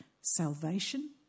salvation